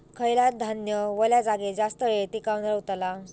खयला धान्य वल्या जागेत जास्त येळ टिकान रवतला?